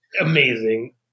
Amazing